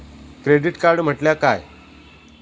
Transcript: Credit card म्हटल्या काय?